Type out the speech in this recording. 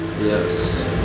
Yes